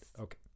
Okay